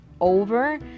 over